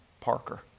Parker